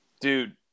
Dude